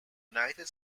united